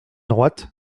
droite